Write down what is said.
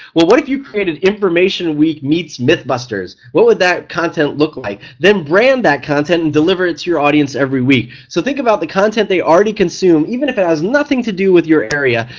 what what if you created information week meets myth busters, what would that content look like then brand that content and deliver it to your audience every week. so think about the content they already consume, even if it has nothing to do with your area,